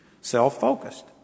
self-focused